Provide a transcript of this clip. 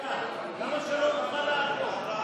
למה שלא נוכל לעקוב?